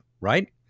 right